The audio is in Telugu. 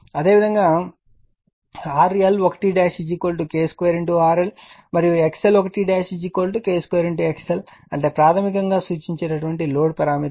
అదేవిధంగా RL1 K2 RL మరియు XL1 K2XL అంటే ప్రాధమికంగా సూచించే లోడ్ పారామితులు